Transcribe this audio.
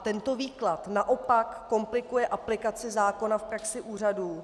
Tento výklad naopak komplikuje aplikaci zákona v praxi úřadů.